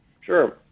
Sure